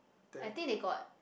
I think they got